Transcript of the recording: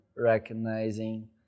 recognizing